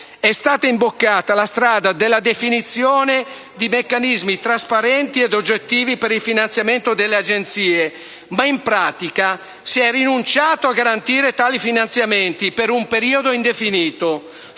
È stata imboccata la strada della definizione di meccanismi trasparenti e oggettivi per il finanziamento delle Agenzie, ma in pratica si è rinunciato a garantire i finanziamenti per un periodo indefinito.